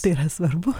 tai yra svarbu